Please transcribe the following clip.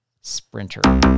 Sprinter